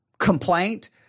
complaint